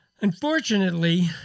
unfortunately